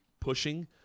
pushing